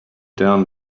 down